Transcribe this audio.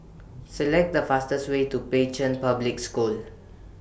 Select The fastest Way to Pei Chun Public School